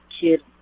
Kid